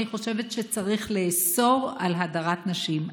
אני חושבת שצריך לאסור הדרת נשים.